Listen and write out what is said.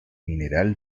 mineral